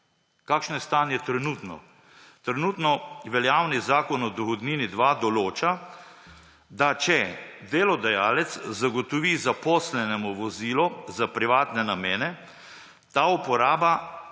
kakšno je trenutno stanje. Trenutno veljavni Zakon o dohodnini 2 določa, da če delodajalec zagotovi zaposlenemu vozilo za privatne namene, ta uporaba